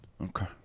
Okay